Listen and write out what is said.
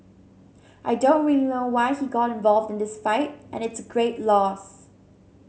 I don't really know why he got involved in this fight and it's a great loss